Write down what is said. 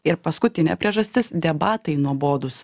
ir paskutinė priežastis debatai nuobodūs